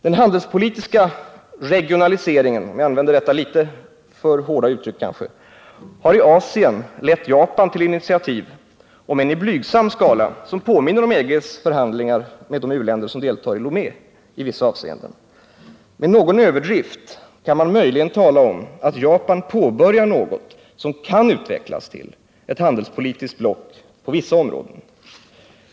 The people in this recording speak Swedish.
Den handelspolitiska regionaliseringen — om jag skall använda detta kanske litet för hårda uttryck — har i Asien lett Japan till initiativ, om än i blygsam skala, som påminner om EG:s förhandlingar med de u-länder som deltar i Lomékonventionen. Med någon överdrift kan man möjligen tala om att Japan påbörjar något som kan utvecklas till ett handelspolitiskt block — på vissa områden.